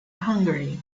hungary